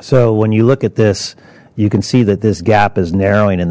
so when you look at this you can see that this gap is narrowing in